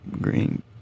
Green